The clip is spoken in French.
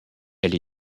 elle